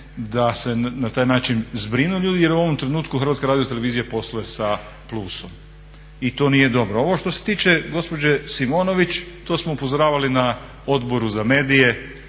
da se na taj način zbrinu ljudi jer u ovom trenutku HRT posluje sa plusom. I to nije dobro. A ovo što se tiče gospođe Simonović to smo upozoravali na Odboru za medije,